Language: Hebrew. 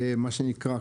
מה שנקרא,